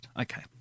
okay